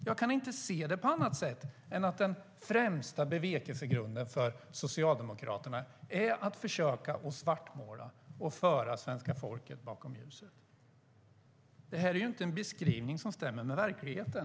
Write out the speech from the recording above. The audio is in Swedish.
Jag kan inte se det på annat sätt än att den främsta bevekelsegrunden för Socialdemokraterna är att försöka svartmåla och föra svenska folket bakom ljuset. Det här är inte en beskrivning som stämmer med verkligheten.